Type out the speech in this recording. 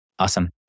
Awesome